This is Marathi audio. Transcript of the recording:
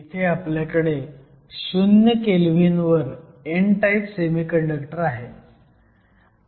इथे आपल्याकडे 0 केल्व्हीनवर n टाईप सेमीकंडक्टर आहे